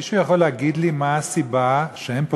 מישהו יכול להגיד לי מה הסיבה שאין פה